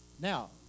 Now